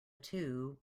two